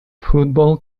football